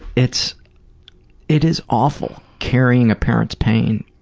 it's it is awful, carrying a parent's pain.